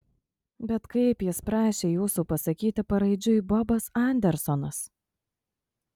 bet kaip jis prašė jūsų pasakyti paraidžiui bobas andersonas